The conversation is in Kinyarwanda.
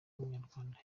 w’umunyarwanda